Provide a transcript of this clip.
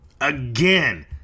Again